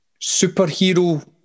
superhero